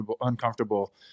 uncomfortable